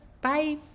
Bye